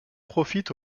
profitent